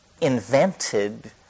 invented